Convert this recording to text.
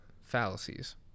fallacies